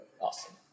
Awesome